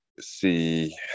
see